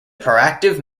proactive